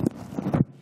שלוש דקות